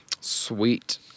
sweet